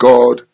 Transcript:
God